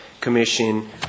Commission